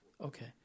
Okay